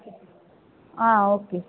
ஆ okay